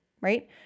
right